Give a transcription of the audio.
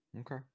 Okay